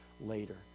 later